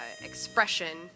expression